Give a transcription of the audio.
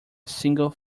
single